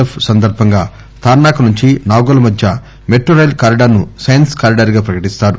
F సందర్బంగా తార్సా క నుంచి నాగోల్ మధ్య మెట్రో రైల్ కారిడార్ ను సైన్స్ కారిడార్ గా ప్రకటిస్తారు